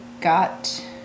got